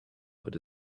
but